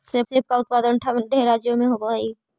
सेब का उत्पादन ठंडे राज्यों में होव हई